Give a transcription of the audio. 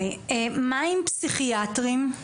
מה עם פסיכיאטרים?